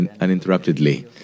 uninterruptedly